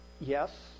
Yes